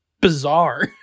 bizarre